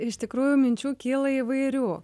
iš tikrųjų minčių kyla įvairių